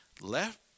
left